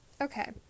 okay